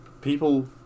people